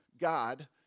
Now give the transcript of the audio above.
God